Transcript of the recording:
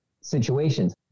situations